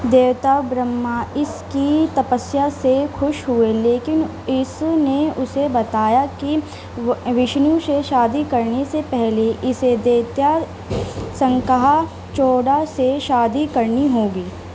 دیوتا برہما اس کی تپسیا سے خوش ہوئے لیکن اس نے اسے بتایا کہ وہ وشنو سے شادی کرنے سے پہلے اسے دیتیہ سنکہا چوڈا سے شادی کرنی ہوگی